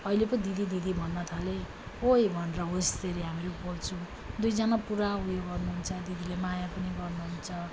अहिले पो दिदी दिदी भन्न थालेँ ओइ भनेर हो यस्तरी हामीहरू बोल्छौँ दुइजना पुरा उयो गर्नु हुन्छ दिदीले माया पनि गर्नु हुन्छ